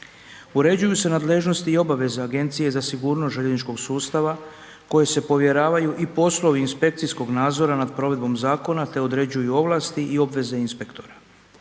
Uređuju se nadležnosti i obaveza Agencije za sigurnost željezničkog sustava koje se povjeravaju i poslovi inspekcijskog nadzora nad provedbom zakona te određuju ovlasti i obveze inspektora.